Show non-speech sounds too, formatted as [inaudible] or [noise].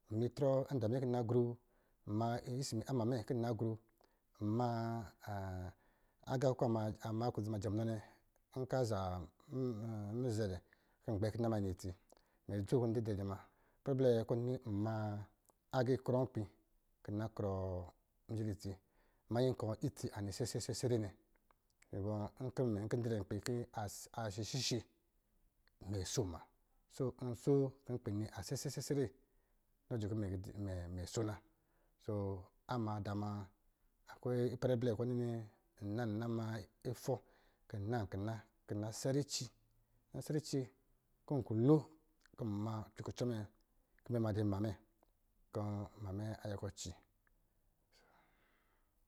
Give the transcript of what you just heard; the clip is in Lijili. Mma itrɔ ada mɛ kɔ̄ nna gru, nma isimi ama mɛ kɔ̄ nna gru, nma aga kɔ̄ a jɛ aklodze nnɛ, nkɔ̄ aza mizɛ dɛ kɔ̄ ngbɛ kɔ̄ nna manya itsi mɛ soo kɔ̄ ndidrɛ dɛ muna, ipɛrɛ blɛ kɔ̄ nini nma agā ikrɔ nkpi kɔ̄ nna krɔ mudzi litsi manyi kɔ̄ itsi anɔ sesesere nnɛ cɛnyi bɔ nvɔ mɛ, nkɔ̄ didrɛ nkpi kɔ̄ a shishishe mɛ soo ma [unintelligible] amada muna [unintelligible] ipɛrɛ blɛ kɔ̄ nini, nna na ma itɔ kɔ̄ nna sɛ rici kɔ̄ ngɔ lo kɔ̄ nma cwe kucɔ mɛ kɔ̄ nna ma dɔ̄ nma mɛ, kɔ̄ nma ayɛ kɔ̄ ci.